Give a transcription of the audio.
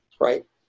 right